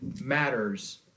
matters